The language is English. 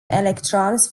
electrons